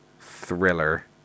thriller